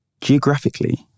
Geographically